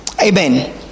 amen